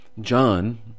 john